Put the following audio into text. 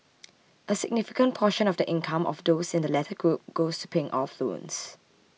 a significant portion of the income of those in the latter group goes to paying off loans